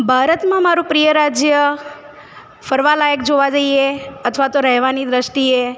ભારતમાં મારું પ્રિય રાજ્ય ફરવાં લાયક જોવાં જઈએ અથવા તો રહેવાની દ્રષ્ટિએ